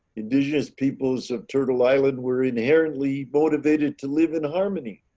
indigenous peoples of turtle island were inherently motivated to live in harmony.